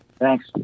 Thanks